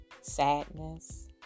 sadness